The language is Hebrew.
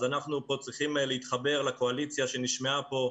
אז אנחנו פה צריכים להתחבר לקואליציה שנשמעה פה,